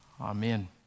Amen